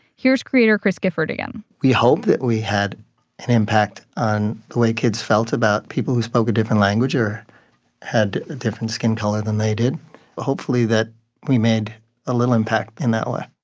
here's creator chris gifford again we hope that we had an impact on the way kids felt about people who spoke a different language or had a different skin color than they did hopefully, that we made a little impact in that way